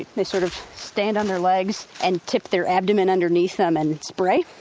they sort of stand on their legs and tip their abdomen underneath them and spray.